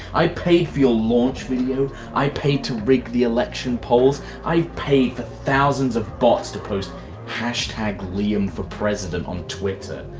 i paid for your launch video, i paid to rig the election polls, i've paid for thousands of bots to post hashtag liam for president on twitter.